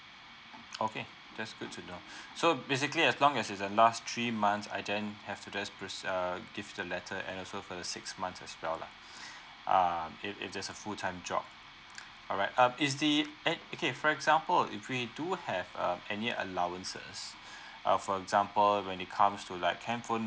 okay that's good to know so basically as long as is a last three months I then have just pros err give the letter and also for the six months as well lah um if if there's a full time job alright uh is the eh okay for example if we do have um any allowances uh for example when it comes to like handphone